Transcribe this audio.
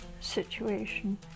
situation